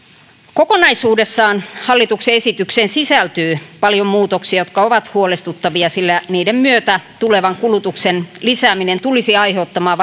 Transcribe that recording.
kokonaisuudessaan hallituksen esitykseen sisältyy paljon muutoksia jotka ovat huolestuttavia sillä niiden myötä tulevan kulutuksen lisääminen tulisi aiheuttamaan